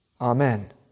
Amen